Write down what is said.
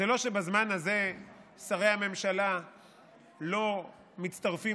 זה לא שבזמן הזה שרי הממשלה לא מצטרפים